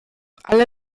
alle